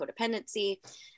codependency